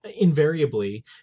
invariably